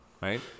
right